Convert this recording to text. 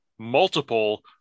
Multiple